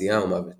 פציעה או מוות